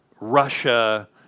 Russia